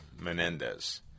Menendez